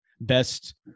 best